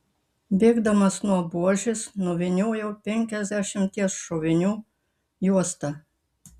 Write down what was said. bėgdamas nuo buožės nuvyniojau penkiasdešimties šovinių juostą